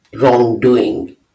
wrongdoing